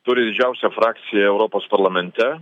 turi didžiausią frakciją europos parlamente